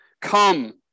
Come